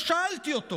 ושאלתי אותו